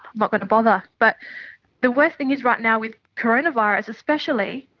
i'm not going to bother. but the worst thing is right now with coronavirus especially,